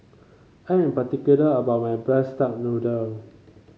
I am particular about my braise Duck Noodle